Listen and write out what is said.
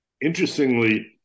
Interestingly